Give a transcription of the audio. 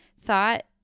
thought